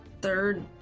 Third